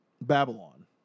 Babylon